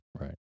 Right